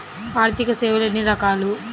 ఆర్థిక సేవలు ఎన్ని రకాలు?